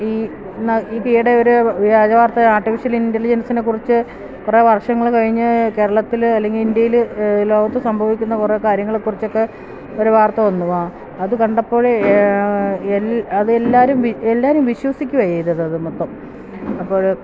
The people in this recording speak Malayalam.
ഈ ഇപ്പോള് ഈയിടെ ഒരു വ്യാജ വാർത്ത ആർട്ടിഫിഷ്യൽ ഇന്റലിജൻസിനെക്കുറിച്ച് കുറേ വർഷങ്ങള് കഴിഞ്ഞ് കേരളത്തില് അല്ലെങ്കില് ഇന്ത്യയില് ലോകത്ത് സംഭവിക്കുന്ന കുറേ കാര്യങ്ങളെക്കുറിച്ചൊക്കെ ഒരു വാർത്ത വന്നു ആ അത് കണ്ടപ്പോള് അതെല്ലാവരും എല്ലാവരും വിശ്വസിക്കുകയാണ് ചെയ്തത് അത് മൊത്തം അപ്പോള്